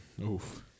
Oof